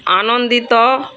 ଆନନ୍ଦିତ